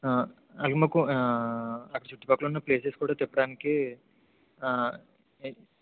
అలగే మాకు అక్కడ చుట్టుపక్కల ఉన్న ప్లేసెస్ కూడా తిప్పడానికి ఎ